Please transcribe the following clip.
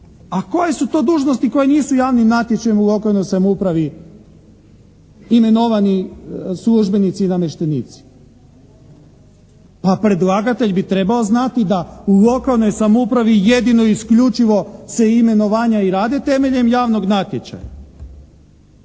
A koje su to dužnosti koje nisu javnim natječajem u lokalnoj samoupravi imenovani službenici i namještenici? Pa predlagatelj bi trebao znati da u lokalnoj samoupravi jedino i isključivo se imenovanja i rade temeljem javnog natječaja.